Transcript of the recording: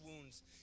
wounds